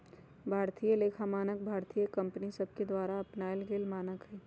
भारतीय लेखा मानक भारतीय कंपनि सभके द्वारा अपनाएल गेल मानक हइ